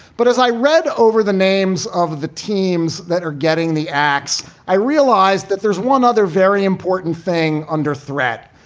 but as i read over the names of the teams that are getting the ax, i realized that there's one other very important thing under threat.